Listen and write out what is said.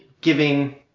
giving